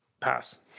Pass